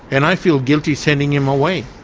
and i feel guilty sending him away,